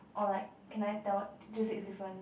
or like can I tell just say different